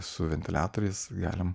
su ventiliatoriais galim